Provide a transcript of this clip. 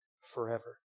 forever